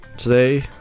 Today